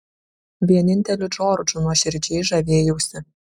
vieninteliu džordžu nuoširdžiai žavėjausi